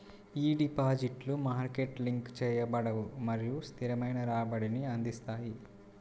ఈ డిపాజిట్లు market link చేయబడవు మరియు స్థిరమైన రాబడిని అందిస్తాయి